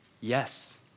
yes